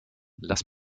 lass